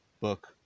book